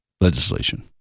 legislation